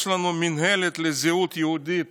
יש לנו מינהלת לזהות יהודית